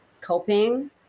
coping